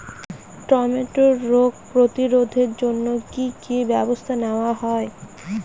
টমেটোর রোগ প্রতিরোধে জন্য কি কী ব্যবস্থা নেওয়া হয়?